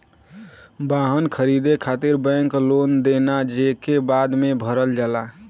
वाहन खरीदे खातिर बैंक लोन देना जेके बाद में भरल जाला